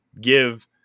give